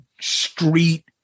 street